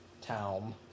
town